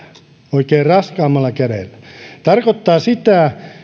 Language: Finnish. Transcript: oikein raskaammalla kädellä se tarkoittaa sitä